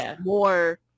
more